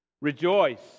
Rejoice